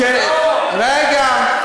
זאת לא הצעת החוק.